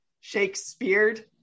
Shakespeare'd